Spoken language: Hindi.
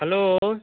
हेलो